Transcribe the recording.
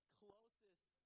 closest